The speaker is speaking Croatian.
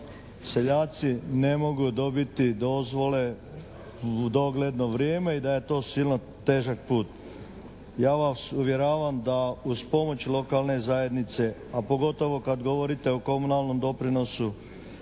seljaci ne mogu dobiti dozvole u dogledno vrijeme i da je to silno težak put. Ja vas uvjeravam da uz pomoć lokalne zajednice, a pogotovo kad govorite o komunalnom doprinosu